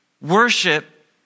worship